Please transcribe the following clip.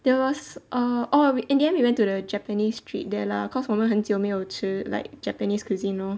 there was err orh we ate ind the end we went to the japanese street there lah cause 我们很久没有吃 like japanese cuisine lor